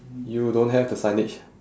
you don't have the signage